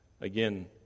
Again